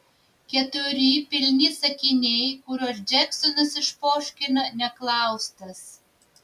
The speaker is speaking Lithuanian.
keturi pilni sakiniai kuriuos džeksonas išpoškino neklaustas